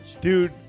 Dude